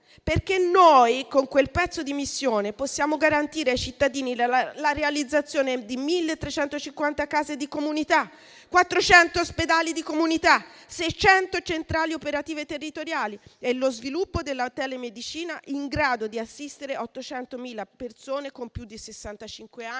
perché noi, con quel pezzo di missione, possiamo garantire ai cittadini la realizzazione di 1.350 case di comunità, 400 ospedali di comunità, 600 centrali operative territoriali e lo sviluppo della telemedicina in grado di assistere 800.000 persone con più di